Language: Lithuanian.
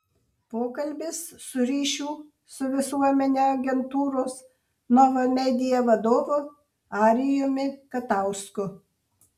pokalbis su ryšių su visuomene agentūros nova media vadovu arijumi katausku